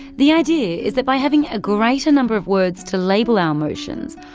the idea is that by having a greater number of words to label our emotions,